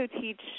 teach